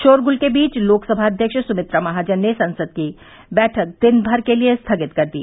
शोरगुल के बीच लोकसभा अध्यक्ष सुमित्रा महाजन ने सदन की बैठक दिन भर के लिए स्थगित कर दी